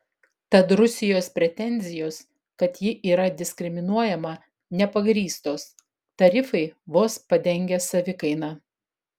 tad rusijos pretenzijos kad ji yra diskriminuojama nepagrįstos tarifai vos padengia savikainą